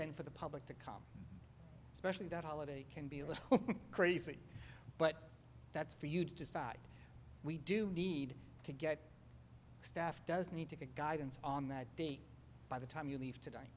then for the public to come especially that holiday can be a little crazy but that's for you to decide we do need to get staff doesn't need to get guidance on that date by the time you leave today